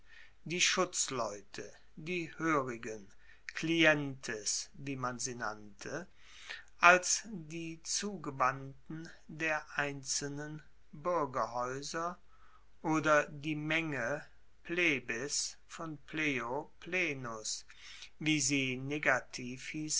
die schutzleute die hoerigen clientes wie man sie nannte als die zugewandten der einzelnen buergerhaeuser oder die menge plebes von pleo plenus wie sie